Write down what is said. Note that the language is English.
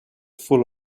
full